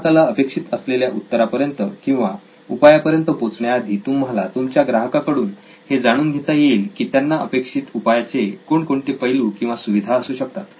ग्राहकाला अपेक्षित असलेल्या उत्तरापर्यंत किंवा उपायापर्यंत पोचण्याआधी तुम्हाला तुमच्या ग्राहकाकडून हे जाणून घेता येईल की त्यांना अपेक्षित उपायाचे कोणकोणते पैलू किंवा सुविधा असू शकतील